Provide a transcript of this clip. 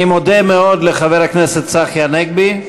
אני מודה מאוד לחבר הכנסת צחי הנגבי.